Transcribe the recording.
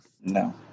No